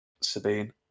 Sabine